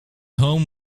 home